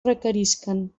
requerisquen